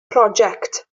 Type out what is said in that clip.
project